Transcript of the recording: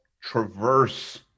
traverse